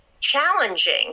challenging